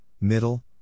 middle